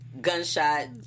gunshot